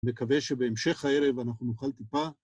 מקווה שבהמשך הערב אנחנו נוכל טיפה.